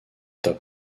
top